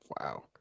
wow